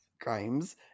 Crimes